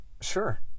Sure